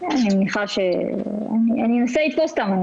אני אנסה לתפוס אותם.